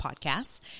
podcasts